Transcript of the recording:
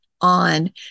on